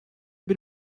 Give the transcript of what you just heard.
bir